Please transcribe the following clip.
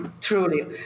truly